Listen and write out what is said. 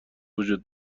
وجود